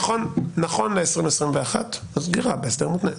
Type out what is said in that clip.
נכון ל-2021, הסגירה היא בהסכם מותנה.